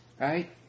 right